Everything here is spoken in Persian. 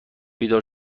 بیدار